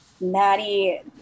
Maddie